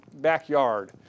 backyard